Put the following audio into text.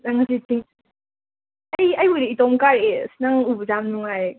ꯅꯪ ꯉꯁꯤ ꯑꯩ ꯑꯩꯕꯨꯗꯤ ꯏꯇꯣꯝ ꯀꯥꯔꯛꯑꯦ ꯑꯁ ꯅꯪ ꯎꯕꯁꯦ ꯌꯥꯝ ꯅꯨꯉꯥꯏꯔꯦ